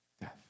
death